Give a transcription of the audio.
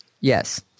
Yes